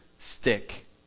Stick